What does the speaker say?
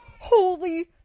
Holy